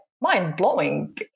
mind-blowing